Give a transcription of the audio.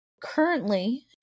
currently